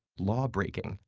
law-breaking,